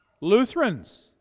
Lutherans